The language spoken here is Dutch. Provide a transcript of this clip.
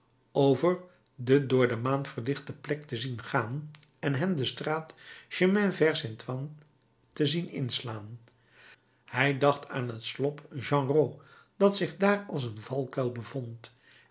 over de door de maan verlichte plek te zien gaan en hen de straat chemin vert st antoine te zien inslaan hij dacht aan het slop genrot dat zich daar als een